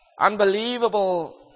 unbelievable